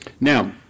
Now